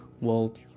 world